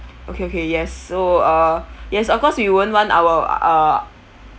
okay okay yes so uh yes of course we won't want our uh